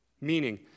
Meaning